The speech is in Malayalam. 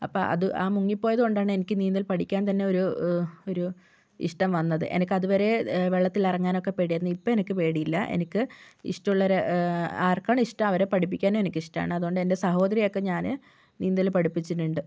അപ്പോൾ അത് ആ മുങ്ങിപ്പോയതു കൊണ്ടാണ് എനിക്ക് നീന്തൽ പഠിക്കാൻ തന്നെ ഒരു ഒരു ഇഷ്ടം വന്നത് എനിക്കതു വരേ വെള്ളത്തിലിറങ്ങാനൊക്കേ പേടിയായിരുന്നു ഇപ്പോൾ എനിക്ക് പേടിയില്ല എനക്ക് ഇഷ്ടമുള്ളവർ ആർക്കാണോ ഇഷ്ടം അവരെ പഠിപ്പിക്കാനും എനിക്കിഷ്ടമാണ് അതു കൊണ്ട് എൻ്റെ സഹോദരിയെയൊക്കേ ഞാൻ നീന്തൽ പഠിപ്പിച്ചിട്ടുണ്ട്